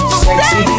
sexy